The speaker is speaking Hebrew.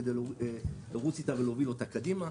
כדי לרוץ איתה ולהוביל אותה קדימה.